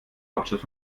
hauptstadt